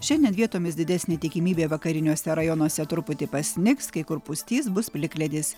šiandien vietomis didesnė tikimybė vakariniuose rajonuose truputį pasnigs kai kur pustys bus plikledis